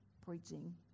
preaching